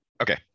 Okay